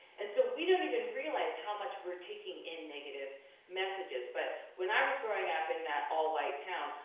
and so we don't even realize how much we're taking in negative messages. but when i was growing up in that all-white town,